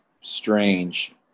strange